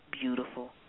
beautiful